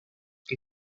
que